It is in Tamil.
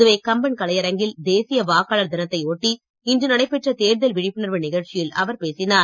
புதுவை கம்பன் கலையரங்கில் தேசிய வாக்காளர் தினத்தை ஒட்டி இன்று நடைபெற்ற தேர்தல் விழிப்புணர்வு நிகழ்ச்சியில் அவர் பேசினார்